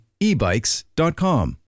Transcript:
ebikes.com